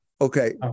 Okay